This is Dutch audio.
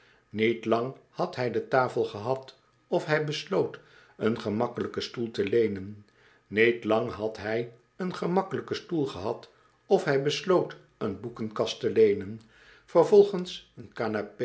niet lang had hij de tafel gehad of hij besloot een gemakkelijken stoel te leenen niet lang had hij den gemakkelijken stoel gehad of hij besloot een boekenkast te leenen vervolgens een